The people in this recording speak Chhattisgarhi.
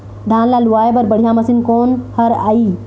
धान ला लुआय बर बढ़िया मशीन कोन हर आइ?